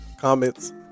comments